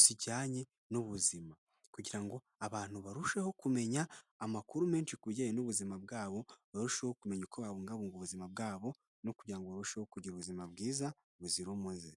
zijyanye n'ubuzima, kugira ngo abantu barusheho kumenya amakuru menshi ku bijyanye n'ubuzima bwabo, barusheho kumenya uko babungabunga ubuzima bwabo no kugira ngo barusheho kugira ubuzima bwiza buzira umuze.